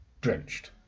drenched